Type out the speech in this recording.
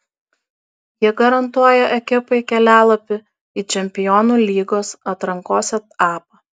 ji garantuoja ekipai kelialapį į čempionų lygos atrankos etapą